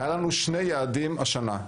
היו לנו שני יעדים השנה.